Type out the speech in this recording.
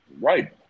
Right